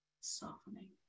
softening